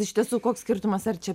iš tiesų koks skirtumas ar čia